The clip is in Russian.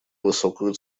высокую